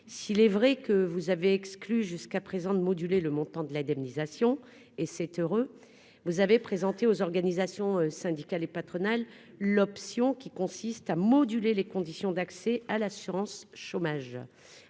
s'il est vrai que vous avez exclu jusqu'à présent de moduler le montant de l'indemnisation, et c'est heureux, vous avez présenté aux organisations syndicales et patronales l'option qui consiste à moduler les conditions d'accès à l'assurance chômage